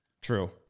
true